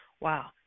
wow